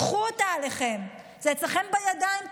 קחו אותה עליכם, זה אצלכם בידיים.